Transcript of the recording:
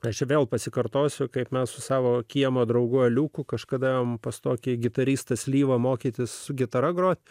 aš vėl pasikartosiu kaip mes su savo kiemo draugu aliuku kažkada pas tokį gitaristą slyvą mokytis su gitara groti